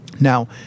Now